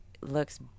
looks